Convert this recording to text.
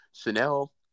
Chanel